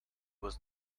was